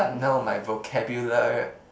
no my vocabulary